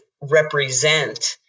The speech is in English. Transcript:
represent